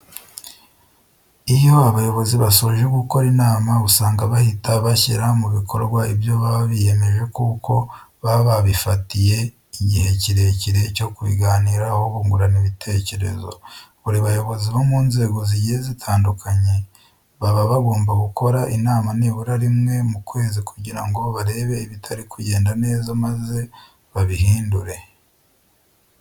Iyo abayobozi basoje gukora inama, usanga bahita bashyira mu bikorwa ibyo baba biyemeje kuko baba babifatiye igihe kirekire cyo kubiganiraho bungurana ibitekerezo. Buri bayobozi bo mu nzego zigiye zitandukanye, baba bagomba gukora inama nibura rimwe mu kwezi kugira ngo barebe ibitari kugenda neza maze babihindure.